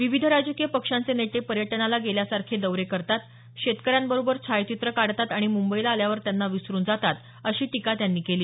विविध राजकीय पक्षांचे नेते पर्यटनाला गेल्यासारखे दौरे करतात शेतकऱ्यांबरोबर छायाचित्र काढतात आणि मुंबईला आल्यावर त्यांना विसरुन जातात अशी टीका त्यांनी केली